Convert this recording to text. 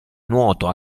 nuoto